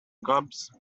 gobs